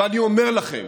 ואני אומר לכם